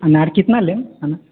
अनार कतना लेब अनार